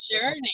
journey